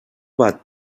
bat